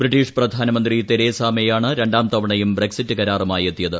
British പ്രധാനമന്ത്രി Theresa മെയാണ് രണ്ടാം തവണയും ബ്രക്സിറ്റ് കരാറുമായി എത്തിയത്